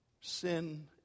Sin